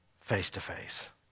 face-to-face